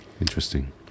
Interesting